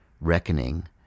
reckoning